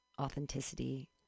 Authenticity